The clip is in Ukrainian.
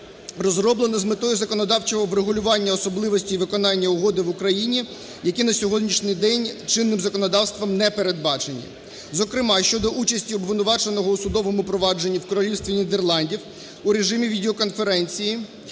розроблено з метою законодавчого врегулювання особливостей виконання угоди в Україні, які на сьогоднішній день чинним законодавством не передбачені, зокрема щодо участі обвинуваченого у судовому провадженні в Королівстві Нідерландів у режимі відео-конференції,